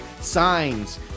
signs